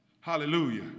Hallelujah